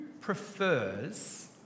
prefers